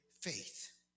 faith